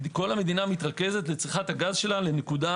כל המדינה מתרכזת לצריכת הגז שלה לנקודה